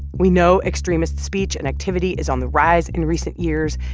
we know extremist speech and activity is on the rise in recent years,